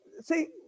see